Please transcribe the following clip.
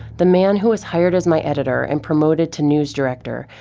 the man who was hired as my editor, and promoted to news director,